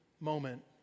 moment